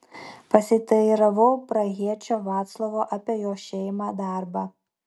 pasiteiravau prahiečio vaclavo apie jo šeimą darbą